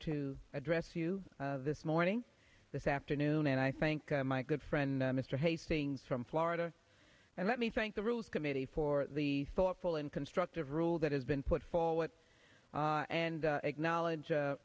to address you this morning this afternoon and i thank my good friend mr hastings from florida and let me thank the rules committee for the thoughtful and constructive rule that has been put forward and acknowledge